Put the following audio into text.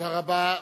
תודה רבה.